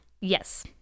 Yes